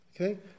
okay